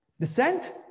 Descent